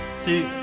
see,